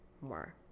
more